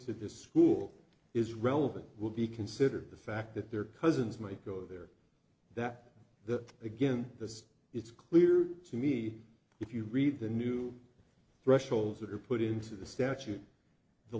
this school is relevant will be considered the fact that their cousins might go there that that again as it's clear to me if you read the new thresholds that are put into the statute the